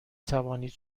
توانید